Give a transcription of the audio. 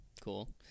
cool